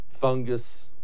fungus